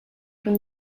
from